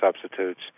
substitutes